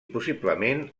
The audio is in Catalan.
possiblement